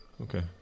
Okay